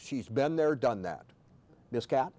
she's been there done that this ca